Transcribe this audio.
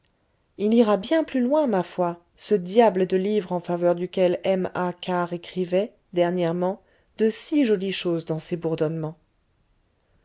il ira bien plus loin ma foi ce diable de livre en faveur duquel m a karr écrivait dernièrement de si jolies choses dans ses bourdonnements